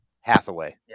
Hathaway